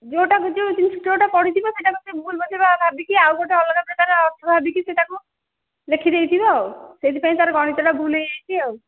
ଯେଉଁଟା ବୁଝି ହେଉଛି ସେ ଯେଉଁଟା ପଢ଼ିଥିବ ସେଇଟାକୁ ସେ ଭୁଲ୍ ବୋଧେ ଭାବିକି ଆଉ ଗୋଟେ ଅଲଗା ପ୍ରକାର ଅର୍ଥ ଭାବିକି ସେ ତାକୁ ଲେଖିଦେଇଥିବ ଆଉ ସେଇଥିପାଇଁ ତା'ର ଗଣିତଟା ଭୁଲ୍ ହୋଇଯାଇଛି ଆଉ